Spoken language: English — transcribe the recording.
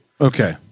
Okay